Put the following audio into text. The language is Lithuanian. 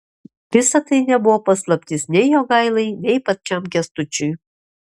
visa tai nebuvo paslaptis nei jogailai nei pačiam kęstučiui